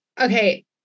okay